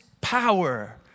power